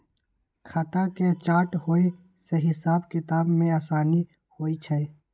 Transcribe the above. खता के चार्ट होय से हिसाब किताब में असानी होइ छइ